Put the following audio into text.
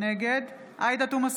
נגד עאידה תומא סלימאן,